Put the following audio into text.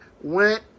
went